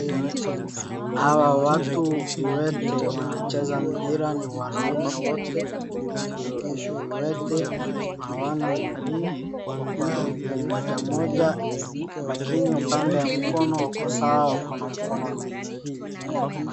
Hawa watu viwete wanacheza mpira ni wanaume wote ni viwete hawana mguu wako na mguu moja moja lakini upande wa mkono wako sawa wako na mkono mbili mbili.